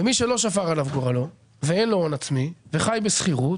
ומי שלא שפר עליו גורלו ואין לו הון עצמי וחי בשכירות